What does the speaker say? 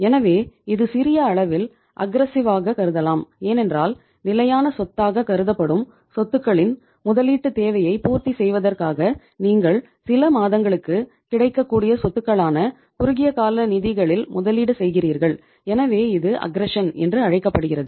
எனவே இது சிறிய அளவில் அஃக்ரசிவாக என்று அழைக்கப்படுகிறது